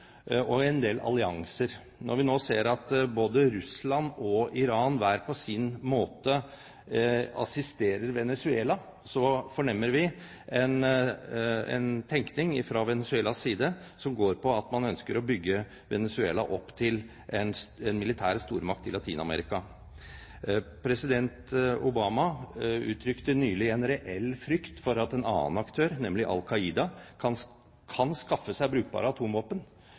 og en del allianser. Når vi nå ser at både Russland og Iran hver på sin måte assisterer Venezuela, fornemmer vi en tenkning fra Venezuelas side som går på at man ønsker å bygge Venezuela opp til en militær stormakt i Latin-Amerika. President Obama uttrykte nylig en reell frykt for at en annen aktør, nemlig Al Qaida, kan skaffe seg brukbare atomvåpen